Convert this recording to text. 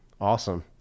awesome